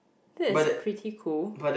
that is pretty cool